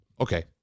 Okay